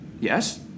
Yes